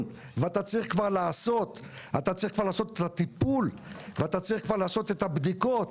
ואתה צריך לעשות את הטיפול ואת הבדיקות,